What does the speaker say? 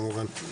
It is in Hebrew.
כמובן,